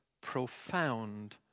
profound